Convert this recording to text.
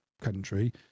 country